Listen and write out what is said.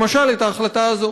למשל את ההחלטה הזאת.